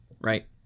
Right